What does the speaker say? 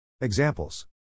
Examples